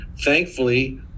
thankfully